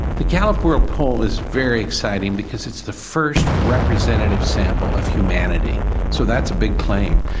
the gallup world poll is very exciting because it's the first representative sample of humanity so that's a big claim.